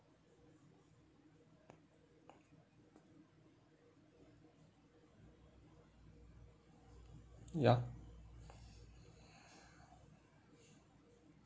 ya